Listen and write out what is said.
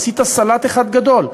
עשית סלט אחד גדול.